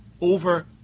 over